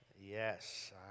Yes